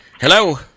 hello